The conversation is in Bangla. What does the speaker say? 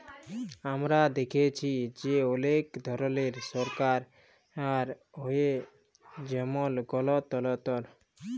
আমরা দ্যাখেচি যে অলেক ধরলের সরকার হ্যয় যেমল গলতলতর